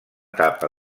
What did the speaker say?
etapa